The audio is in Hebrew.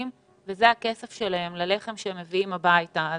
וזה הכסף שלהם והלחם שהם מביאים הביתה.